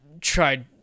tried